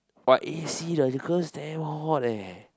but A_C the girls damn hot leh